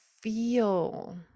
feel